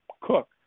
Cook